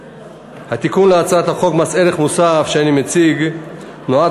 התיקון להצעת חוק מס ערך מוסף שאני מציג נועד